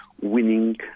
winning